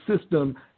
system